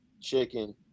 chicken